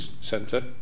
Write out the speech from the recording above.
centre